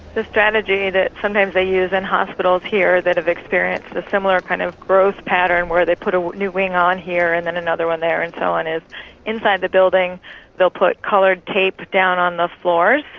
the strategy that sometimes they use in hospitals here that have experienced a similar kind of growth pattern where they put a new wing on here and and another one there and so on, is inside the building they'll put coloured tape down on the floors.